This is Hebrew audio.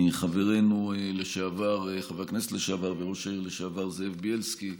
חבר הכנסת לשעבר וראש העיר לשעבר זאב בילסקי,